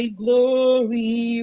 glory